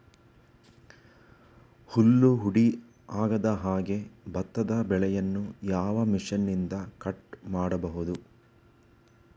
ಹುಲ್ಲು ಹುಡಿ ಆಗದಹಾಗೆ ಭತ್ತದ ಬೆಳೆಯನ್ನು ಯಾವ ಮಿಷನ್ನಿಂದ ಕಟ್ ಮಾಡಬಹುದು?